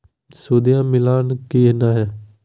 सुदिया मिलाना की नय?